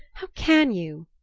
how can you!